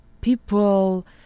People